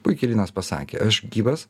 puikiai linas pasakė aš gyvas